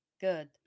Good